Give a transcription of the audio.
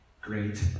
great